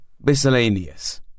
Miscellaneous